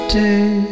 day